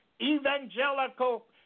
evangelical